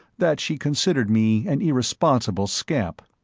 that she considered me an irresponsible scamp.